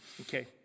Okay